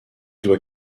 doit